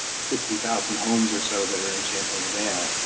sixty thousand homes or so that are in champaign urbana,